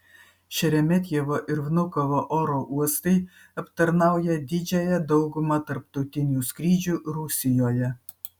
šeremetjevo ir vnukovo oro uostai aptarnaują didžiąją daugumą tarptautinių skrydžių rusijoje